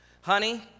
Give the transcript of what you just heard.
Honey